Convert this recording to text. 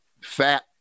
fat